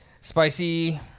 Spicy